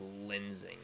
lensing